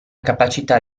capacità